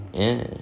ya